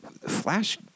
Flash